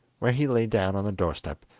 where he lay down on the door-step,